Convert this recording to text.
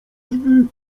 drzwi